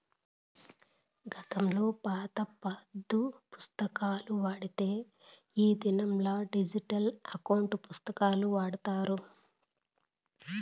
గతంలో పాత పద్దు పుస్తకాలు వాడితే ఈ దినంలా డిజిటల్ ఎకౌంటు పుస్తకాలు వాడతాండారు